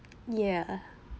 ya